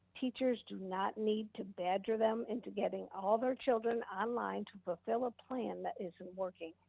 teachers do not need to badger them into getting all their children online to fulfill a plan that isn't working.